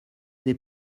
des